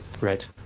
right